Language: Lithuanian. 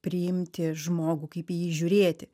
priimti žmogų kaip į jį žiūrėti